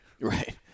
Right